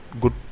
good